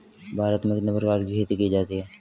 भारत में कितने प्रकार की खेती की जाती हैं?